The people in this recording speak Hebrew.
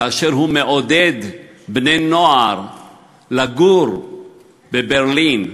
כאשר הוא עודד בני-נוער לגור בברלין,